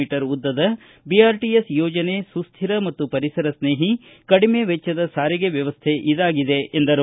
me ಉದ್ದದ HDBRTS ಯೋಜನೆ ಸುಸ್ಕಿರ ಮತ್ತು ಪರಿಸರ ಸ್ಟೇಹಿ ಕಡಿಮೆ ವೆಚ್ವದ ಸಾರಿಗೆ ವ್ಯವಸ್ಥೆ ಇದಾಗಿದೆ ಎಂದರು